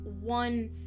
one